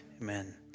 Amen